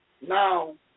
now